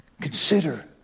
Consider